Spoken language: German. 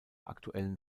aktuellen